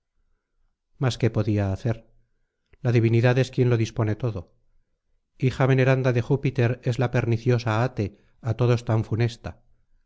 mas qué podía hacer la divinidad es quien lo dispone todo hija veneranda de júpiter es la perniciosa ate á todos tan funesta